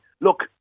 Look